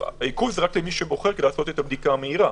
העיכוב הוא רק למי שבוחר לעשות את הבדיקה המהירה.